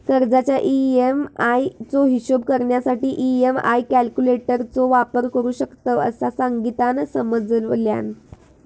कर्जाच्या ई.एम्.आई चो हिशोब करण्यासाठी ई.एम्.आई कॅल्क्युलेटर चो वापर करू शकतव, असा संगीतानं समजावल्यान